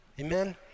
Amen